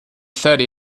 thirty